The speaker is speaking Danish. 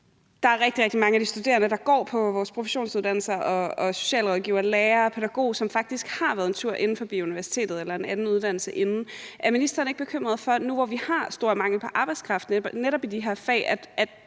rigtig, rigtig mange af de studerende, der går på vores professionsuddannelser – socialrådgiver, lærer og pædagog – som faktisk har været en tur inde forbi universitetet eller en anden uddannelse inden. Nu, hvor vi har stor mangel på arbejdskraft netop i de her fag,